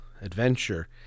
adventure